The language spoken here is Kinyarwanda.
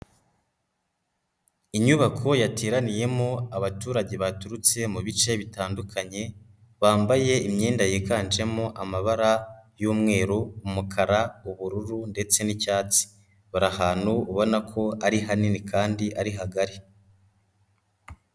Inyubako yateraniyemo abaturage baturutse mu bice bitandukanye, bambaye imyenda yiganjemo amabara y'umweru, umukara, ubururu ndetse n'icyatsi, bari ahantu ubona ko ari hanini kandi ari hagari.